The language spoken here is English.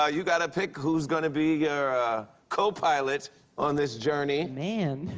ah you got to pick who's gonna be your, ah, copilot on this journey. man.